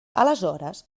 aleshores